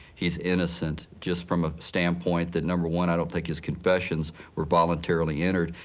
he's innocent just from a standpoint that, number one, i don't think his confessions were voluntarily entered.